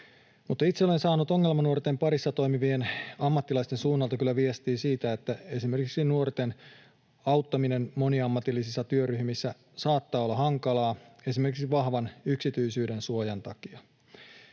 Itse olen saanut ongelmanuorten parissa toimivien ammattilaisten suunnalta kyllä viestiä siitä, että esimerkiksi nuorten auttaminen moniammatillisissa työryhmissä saattaa olla hankalaa esimerkiksi vahvan yksityisyydensuojan takia.